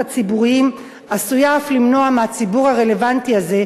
הציבוריים עשוי אף למנוע מהציבור הרלוונטי הזה,